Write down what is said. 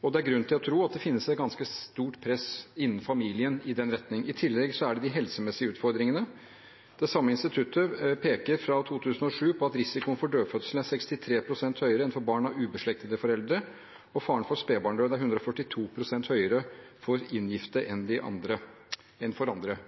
og det er grunn til å tro at det finnes et ganske stort press innen familien i den retning. I tillegg er det de helsemessige utfordringene. Det samme instituttet peker i en undersøkelse fra 2007 på at risikoen for dødfødsel er 63 pst. høyere enn for barn av ubeslektede foreldre, og faren for spedbarnsdød er 142 pst. høyere for inngiftede enn for andre.